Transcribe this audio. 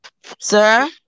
Sir